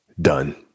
Done